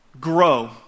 grow